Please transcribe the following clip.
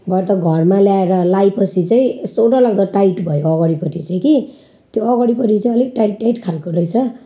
भरे त घरमा ल्याएर लगाएपछि चाहिँ यस्तो डरलाग्दो टाइट भयो अगाडिपट्टि चाहिँ कि त्यो अगाडिपट्टि चाहिँ अलिक टाइट टाइट खालको रहेछ